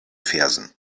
fersen